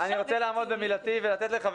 אני רוצה לעמוד במילתי ולתת לח"כ